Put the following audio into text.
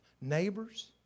neighbors